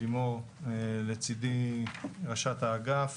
לימור לצידי, ראשת האגף